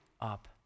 up